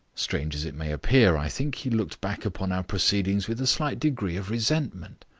strange as it may appear, i think he looked back upon our proceedings with a slight degree of resentment.